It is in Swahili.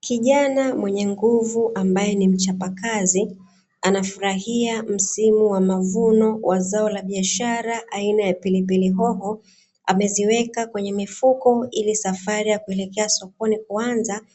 Kijana mwenye nguvu ambaye ni mchapa kazi anafurahia msimu wa mauno ya zao la biashara aina ya pilipili hoho, ameziweka kwenye mifuko ili safari ya kuelekea sokoni kuanza